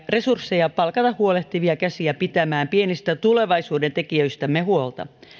resursseja palkata huolehtivia käsiä pitämään pienistä tulevaisuuden tekijöistämme huolta